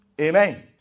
Amen